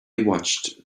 watched